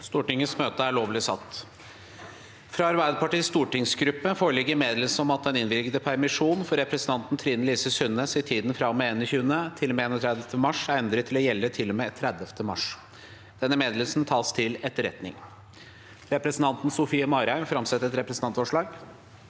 Presidenten Fra Arbeiderpartiets stor- tingsgruppe foreligger meddelelse om at den innvilgede permisjon for representanten Trine Lise Sundnes i tiden fra og med 21. til og med 31. mars er endret til å gjelde til og med 30. mars. – Denne meddelelsen tas til etterretning. Representanten Sofie Marhaug vil framsette et representantforslag.